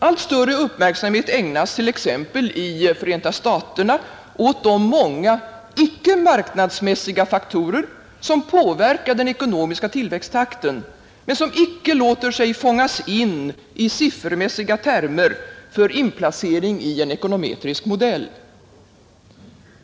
Allt större uppmärksamhet ägnas t.ex. i USA åt de många icke-marknadsmässiga faktorer, som påverkar den ekonomiska tillväxttakten, men som icke låter sig fångas in i siffermässiga termer för inplacering i en ekonometrisk modell.